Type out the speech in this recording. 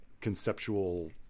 conceptual